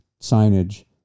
signage